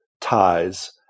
ties